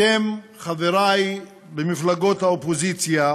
אתם, חברי במפלגות האופוזיציה,